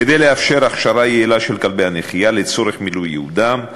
כדי לאפשר הכשרה יעילה של כלבי הנחייה לצורך מילוי ייעודם,